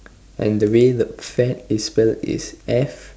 and the way the fad is spelled is F